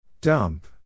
Dump